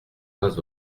pas